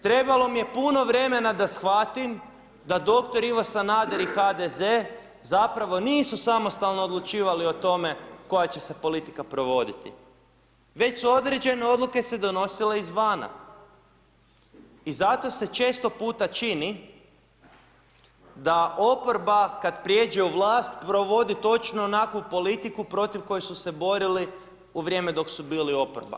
Trebalo mi je puno vremena da shvatim da doktor Ivo Sanader i HDZ zapravo nisu samostalno odlučivali o tome koja će se politika provoditi već su određene odluke se donosile izvana i zato se često puta čini da oporba kad prijeđe u vlast provodi točno onakvu politiku protiv koje su se borili u vrijeme dok su bili oporba.